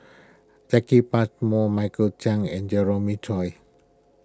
Jacki Passmore Michael Chiang and Jeremiah Choy